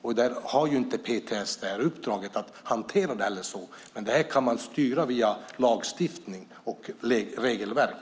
PTS har inte uppdraget att hantera detta, men det kan styras via lagstiftning och regelverk.